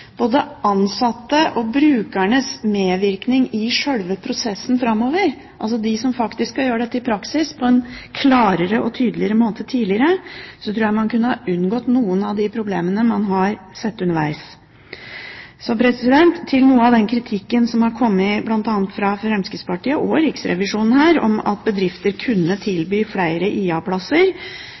både ansattes og brukernes medvirkning i sjølve prosessen framover – altså de som faktisk skal gjøre dette i praksis – på en klarere og tydeligere måte tidligere, kunne man ha unngått noen av de problemene man har sett undervegs. Så til noe av den kritikken som har kommet her, bl.a. fra Fremskrittspartiet og Riksrevisjonen, om at bedrifter kunne tilby flere